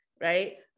Right